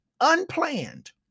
unplanned